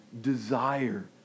desire